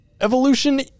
evolution